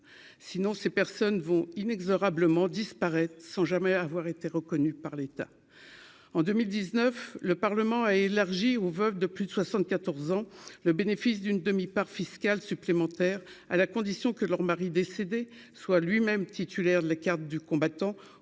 sinon ces personnes vont inexorablement disparaître sans jamais avoir été reconnu par l'État en 2019, le Parlement a élargi aux veuves de plus de 74 ans, le bénéfice d'une demi-part fiscale supplémentaire à la condition que leurs maris décédés soit lui-même titulaire de la carte du combattant